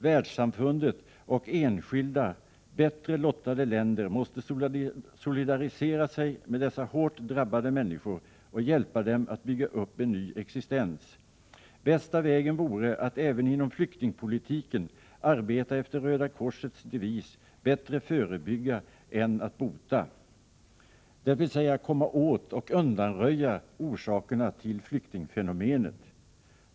Världssamfundet och enskilda bättre lottade länder måste solidarisera sig med dessa hårt drabbade människor och hjälpa dem att bygga upp en ny existens. Bästa vägen vore att även inom flyktingpolitiken arbeta efter Röda korsets devis ”Bättre förebygga än att bota”, dvs. komma åt och undanröja orsakerna till flyktingfenomenet.